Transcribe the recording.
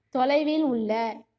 தொலைவில் உள்ள